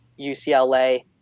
UCLA